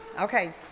Okay